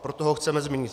Proto ho chceme změnit.